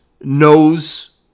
knows